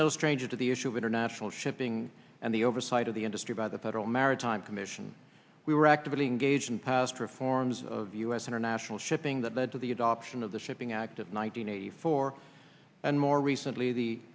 no stranger to the issue of international shipping and the oversight of the industry by the federal maritime commission we were actively engaged in past reforms of u s international shipping that led to the adoption of the shipping act of one hundred eighty four and more recently the